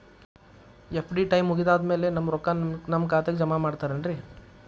FD time ಮುಗಿದಾದ್ ಮ್ಯಾಲೆ ನಮ್ ರೊಕ್ಕಾನ ನಮ್ ಖಾತೆಗೆ ಜಮಾ ಮಾಡ್ತೇರೆನ್ರಿ?